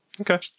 Okay